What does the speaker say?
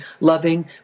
loving